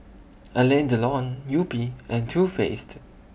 Alain Delon Yupi and Too Faced